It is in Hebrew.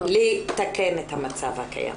לתקן את המצב הקיים.